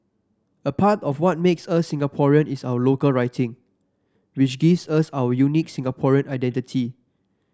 a part of what makes us Singaporean is our local writing which gives us our unique Singaporean identity